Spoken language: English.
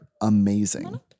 amazing